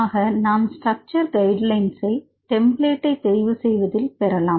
ஆகவே நாம் ஒரு ஸ்ட்ரக்ச்சர் கைடுலைன்சை டெம்ப்ளேட்டை தெரிவு செய்வதில் பெறலாம்